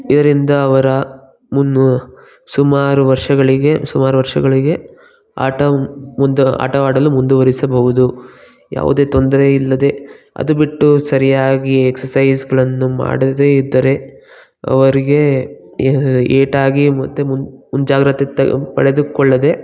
ಇದರಿಂದ ಅವರ ಮುನ್ನು ಸುಮಾರು ವರ್ಷಗಳಿಗೆ ಸುಮಾರು ವರ್ಷಗಳಿಗೆ ಆಟ ಮುಂದೆ ಆಟವಾಡಲು ಮುಂದುವರಿಸಬೌದು ಯಾವುದೇ ತೊಂದರೆ ಇಲ್ಲದೆ ಅದು ಬಿಟ್ಟು ಸರಿಯಾಗಿ ಎಕ್ಸಸೈಸ್ಗಳನ್ನು ಮಾಡದೇ ಇದ್ದರೆ ಅವರಿಗೆ ಏಟಾಗಿ ಮತ್ತೆ ಮುಂಜಾಗ್ರತೆ ತೆಗೆ ಪಡೆದುಕೊಳ್ಳದೆ